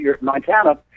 Montana